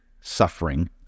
suffering